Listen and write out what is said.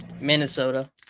Minnesota